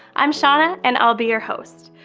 i'm shawna and i'll be your host.